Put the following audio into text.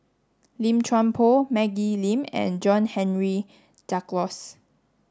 Lim Chuan Poh Maggie Lim and John Henry Duclos